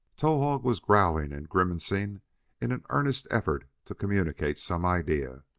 towahg was growling and grimacing in an earnest effort to communicate some idea.